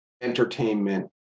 entertainment